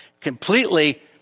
Completely